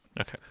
okay